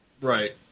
Right